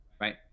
right